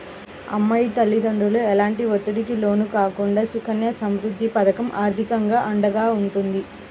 అమ్మాయి తల్లిదండ్రులు ఎలాంటి ఒత్తిడికి లోను కాకుండా సుకన్య సమృద్ధి పథకం ఆర్థికంగా అండగా ఉంటుంది